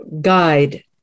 guide